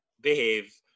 behave